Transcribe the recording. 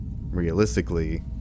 realistically